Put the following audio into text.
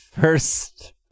first